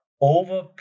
over